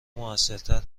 موثرتر